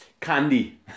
Candy